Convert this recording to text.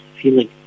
feeling